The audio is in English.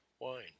wine